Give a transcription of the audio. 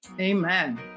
amen